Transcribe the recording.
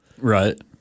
Right